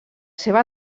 seva